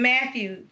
Matthew